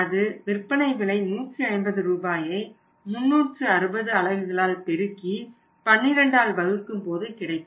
அது விற்பனை விலை 150 ரூபாயை 360 அலகுகளால் பெருக்கி 12ஆல் வகுக்கும் போது கிடைக்கும்